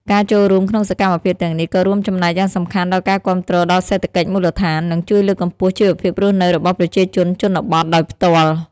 ការចូលរួមក្នុងសកម្មភាពទាំងនេះក៏រួមចំណែកយ៉ាងសំខាន់ដល់ការគាំទ្រដល់សេដ្ឋកិច្ចមូលដ្ឋាន និងជួយលើកកម្ពស់ជីវភាពរស់នៅរបស់ប្រជាជនជនបទដោយផ្ទាល់។